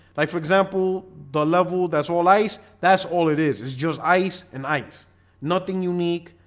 like for example the level that's all ice. that's all it is it's just ice and ice nothing unique.